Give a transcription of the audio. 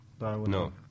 No